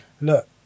look